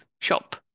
shop